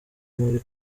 muri